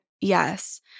Yes